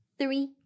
three